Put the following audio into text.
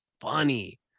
funny